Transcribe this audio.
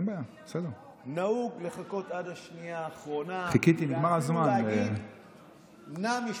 נהוג לחכות עד השנייה האחרונה ואפילו להגיד: אנא,